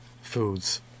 foods